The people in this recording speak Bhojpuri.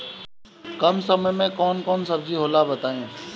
कम समय में कौन कौन सब्जी होला बताई?